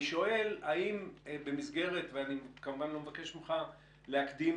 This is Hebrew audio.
אני שואל האם במסגרת - אני כמובן לא מבקש ממך להקדים